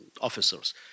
officers